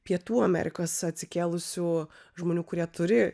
pietų amerikos atsikėlusių žmonių kurie turi